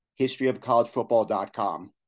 historyofcollegefootball.com